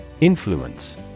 Influence